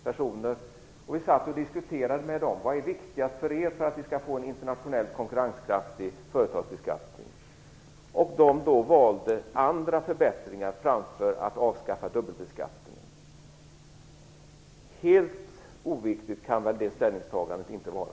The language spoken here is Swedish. Vi satt och diskuterade med dem. Vi ställde frågan: Vad är viktigast för er för att vi skall få en internationellt konkurrenskraftig företagsbeskattning? De valde då andra förbättringar framför att avskaffa dubbelbeskattningen. Helt oviktigt kan väl det ställningstagandet inte vara?